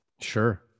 sure